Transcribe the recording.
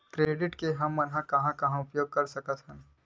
Credit के हमन कहां कहा उपयोग कर सकत हन?